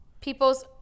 People's